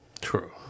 True